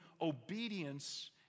obedience